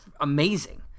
amazing